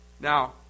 Now